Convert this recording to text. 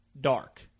dark